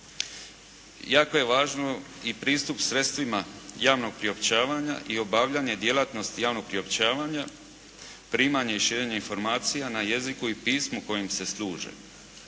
Jako je važno i pristup sredstvima javnog priopćavanja i obavljanje djelatnosti javnog priopćavanja, primanje i širenje informacija na jeziku i pismu kojim se služe.